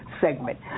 segment